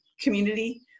community